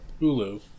Hulu